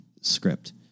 script